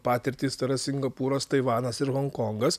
patirtys tai yra singapūras taivanas ir honkongas